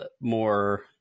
more